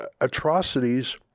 Atrocities